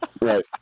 right